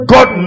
God